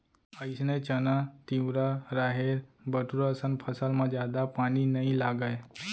अइसने चना, तिंवरा, राहेर, बटूरा असन फसल म जादा पानी नइ लागय